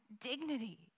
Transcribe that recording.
dignity